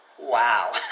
Wow